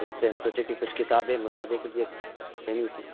ویسے ہم سوچے کہ کچھ کتابیں مطالعے کے لیے لینی تھیں